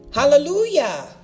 Hallelujah